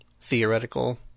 theoretical